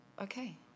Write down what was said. Okay